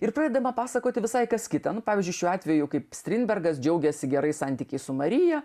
ir pradedama pasakoti visai kas kitanu pavyzdžiui šiuo atveju kaip strindbergas džiaugėsi gerais santykiais su marija